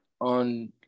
on